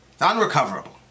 Unrecoverable